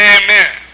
amen